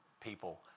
people